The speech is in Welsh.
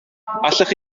allech